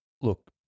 Look